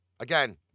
Again